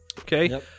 Okay